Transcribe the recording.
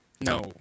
No